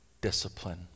discipline